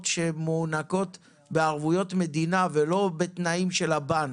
שמוענקות בערבויות מדינה ולא בתנאים של הבנק?